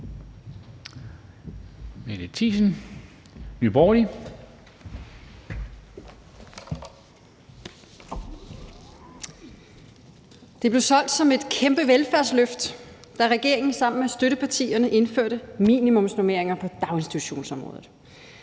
Det blev solgt som et kæmpe velfærdsløft, da regeringen sammen med støttepartierne indførte minimumsnormeringer på daginstitutionsområdet.